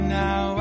now